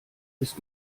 ist